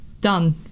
Done